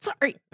Sorry